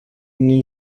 new